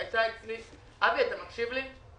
אבי, אתה מקשיב לי?